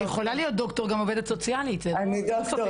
אני רוצה להמשיך את הדיון